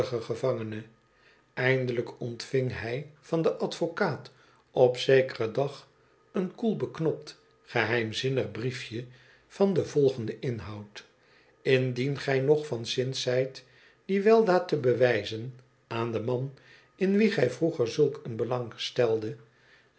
gevangene eindelijk ontving hij van den advocaat op zekeren dageen koel beknopt geheimzinnig briefje van den volgenden inhoud indien gij nog van zins zijt die weldaad te bewijzen aan den man in wien gij vroeger zulk een belang steldet